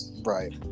right